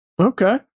Okay